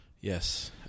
Yes